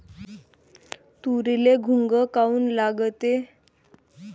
तुरीले घुंग काऊन लागते?